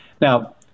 Now